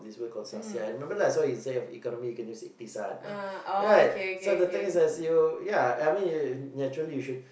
this word called sahsiah I remember lah so instead of economy you can use iktisad you know right so the thing is as you yeah naturally you should